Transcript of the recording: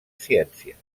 ciències